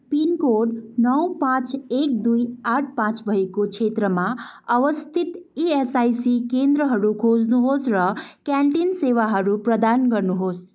pin code नौ पाँच एक दुई आठ पाँच भएको क्षेत्रमा अवस्थित इएसआइसी केन्द्रहरू खोज्नुहोस् र क्यान्टिन सेवाहरू प्रदान गर्नुहोस्